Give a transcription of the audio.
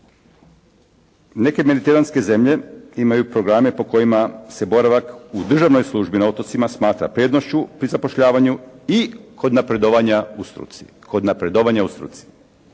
neke mediteranske zemlje imaju programe prema kojima se boravak u državnoj službi na otocima smatra prednošću pri zapošljavanju i kod napredovanja u struci,